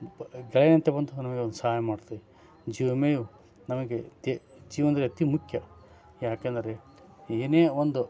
ಬಂತು ನನಗೆ ಸಹಾಯ ಮಾಡ್ತೀವಿ ಜೀವ ವಿಮೆಯು ನಮಗೆ ತೆ ಜೀವನದಲ್ಲಿ ಅತಿ ಮುಖ್ಯ ಯಾಕೆಂದರೆ ಏನೇ ಒಂದು